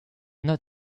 not